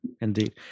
Indeed